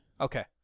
Okay